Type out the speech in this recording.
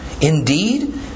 Indeed